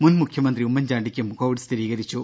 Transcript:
മുൻ മുഖ്യമന്ത്രി ഉമ്മൻചാണ്ടിക്കും കോവിഡ് സ്ഥിരീകരിച്ചു